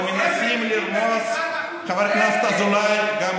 ומנסים לרמוס גם עכשיו, חבר הכנסת אזולאי.